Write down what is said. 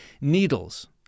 Needles